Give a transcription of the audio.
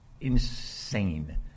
insane